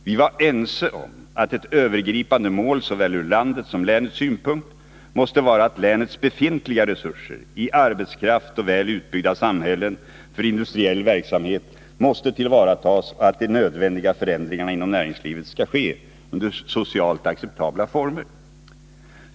Vi var ense om att ett övergripande mål såväl ur landets som ur länets synpunkt måste vara att länets befintliga resurser i arbetskraft och väl utbyggda samhällen för industriell verksamhet måste tillvaratas och att de nödvändiga förändringarna inom näringslivet skall ske i socialt acceptabla former.